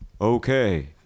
Okay